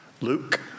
Luke